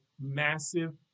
massive